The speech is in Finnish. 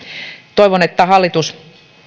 toivon että hallitus